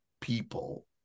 people